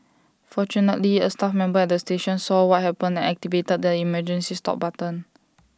fortunately A staff member at the station saw what happened and activated the emergency stop button